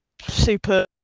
super